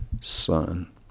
Son